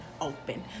open